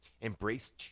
Embrace